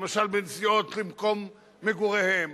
למשל בנסיעות למקום מגוריהם.